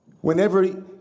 Whenever